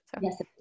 yes